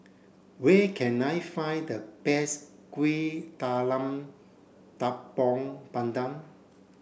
where can I find the best Kuih Talam Tepong Pandan